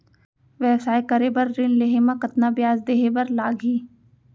व्यवसाय करे बर ऋण लेहे म कतना ब्याज देहे बर लागही?